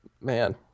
man